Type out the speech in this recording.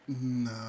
No